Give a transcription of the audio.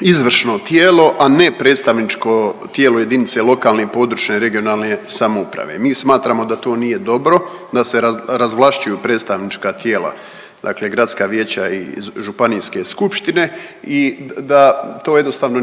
izvršno tijelo, a ne predstavničko tijelo jedinice lokalne i područne (regionalne) samouprave. Mi smatramo da to nije dobro da se razvlašćuju predstavnička tijela, dakle gradska vijeća i županijske skupštine i da to jednostavno